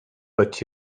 but